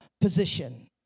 position